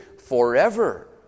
forever